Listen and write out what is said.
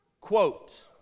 quote